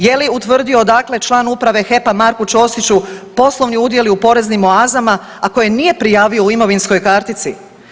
Je li utvrdio odakle član Uprave HEP-a, Marku Čosiću poslovni udjeli u poreznim oazama, a koje nije prijavio u imovinskoj kartici?